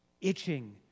itching